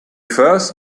first